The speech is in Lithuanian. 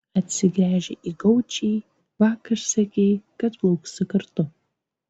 atsigręžė į gaučį vakar sakei kad plauksi kartu